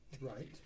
Right